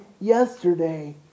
yesterday